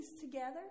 together